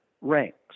ranks